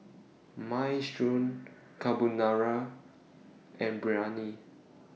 Minestrone Carbonara and Biryani